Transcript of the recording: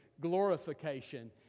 glorification